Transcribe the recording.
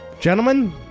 Gentlemen